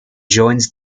joins